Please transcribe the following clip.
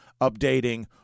updating